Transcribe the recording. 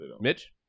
Mitch